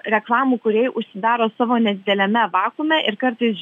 reklamų kūrėjai užsidaro savo nedideliame vakuume ir kartais